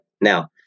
Now